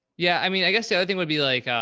yeah. i mean, i guess the other thing would be like,